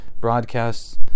broadcasts